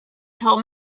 told